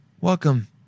Welcome